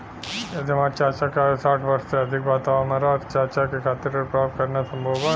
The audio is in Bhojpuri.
यदि हमार चाचा के आयु साठ वर्ष से अधिक बा त का हमार चाचा के खातिर ऋण प्राप्त करना संभव बा?